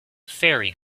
fairy